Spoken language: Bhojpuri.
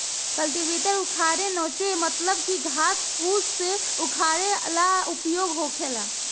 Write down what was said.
कल्टीवेटर उखारे नोचे मतलब की घास फूस उजारे ला उपयोग होखेला